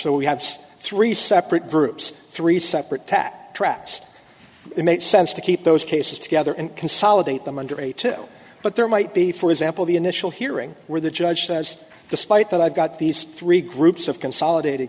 so we have three separate groups three separate tat traps it makes sense to keep those cases together and consolidate them under eight but there might be for example the initial hearing where the judge says despite that i've got these three groups of consolidated